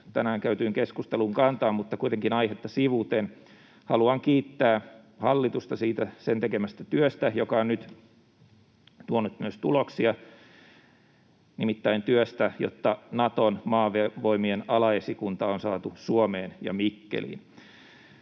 tänään käytyyn keskusteluun kantaa, mutta kuitenkin aihetta sivuten haluan kiittää hallitusta siitä sen tekemästä työstä, joka on nyt tuonut myös tuloksia, nimittäin työstä, jotta Naton maavoimien alaesikunta on saatu Suomeen ja Mikkeliin.